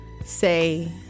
say